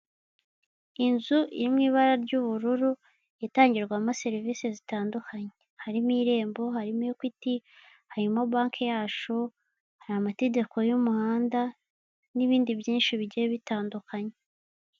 Inzu iri mu ibara ry'ubururu itangirwamo serivise zitandukanye, harimo irembo, harimo ekwiti, harimo bake yacu, hari amategeko y'umuhanda n'ibindi byinshi bigiye bitandukanye.